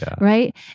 Right